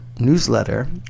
newsletter